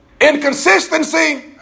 inconsistency